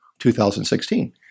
2016